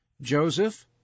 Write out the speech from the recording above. Joseph